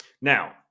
Now